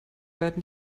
werden